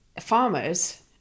farmers